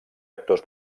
actors